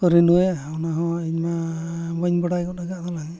ᱠᱚ ᱚᱱᱟᱦᱚᱸ ᱤᱧᱢᱟ ᱵᱟᱹᱧ ᱵᱟᱰᱟᱭ ᱜᱚᱫ ᱟᱠᱟᱫ ᱛᱟᱞᱟᱝᱟ